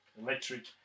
electric